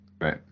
Right